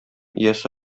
иясе